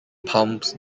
palms